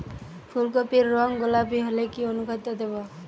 ফুল কপির রং গোলাপী হলে কি অনুখাদ্য দেবো?